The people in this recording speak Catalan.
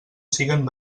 siguen